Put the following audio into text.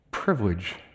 privilege